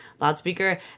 Loudspeaker